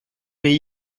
mets